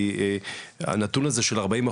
כי הנתון הזה של 40%,